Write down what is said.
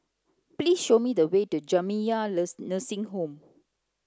please show me the way to Jamiyah Nursing Home